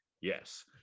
yes